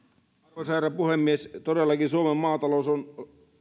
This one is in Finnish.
arvoisa herra puhemies todellakin suomen maatalous on